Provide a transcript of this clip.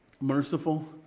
Merciful